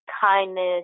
kindness